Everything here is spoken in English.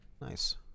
Nice